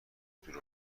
دور